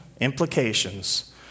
implications